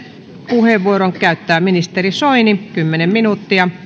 puheenvuoron käyttää ministeri soini kymmenen minuuttia